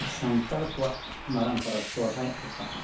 ᱥᱟᱱᱛᱟᱲ ᱠᱚᱣᱟᱜ ᱢᱟᱨᱟᱝ ᱯᱚᱨᱚᱵᱽ ᱥᱚᱦᱚᱨᱟᱭ ᱟᱨ ᱵᱟᱦᱟ